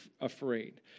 afraid